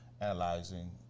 analyzing